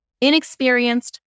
inexperienced